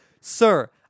sir